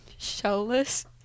Shellless